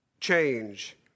change